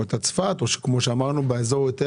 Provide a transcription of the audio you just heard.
יכול להיות צפת או אם את רוצה מקום יותר מרכזי,